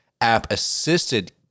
app-assisted